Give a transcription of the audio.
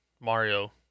Mario